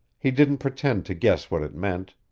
he didn't pretend to guess what it meant.